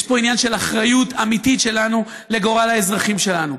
יש פה עניין של אחריות אמיתית שלנו לגורל האזרחים שלנו.